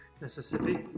Mississippi